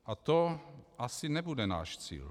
A to asi nebude náš cíl.